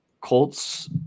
Colts